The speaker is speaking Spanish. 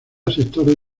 sectores